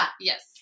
Yes